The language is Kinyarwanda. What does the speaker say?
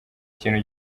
ikintu